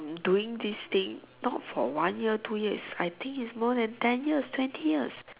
doing this thing not for one year two years I think is more than ten years twenty years